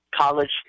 college